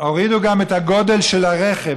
גם את הגודל של הרכב.